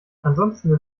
ansonsten